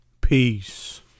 Peace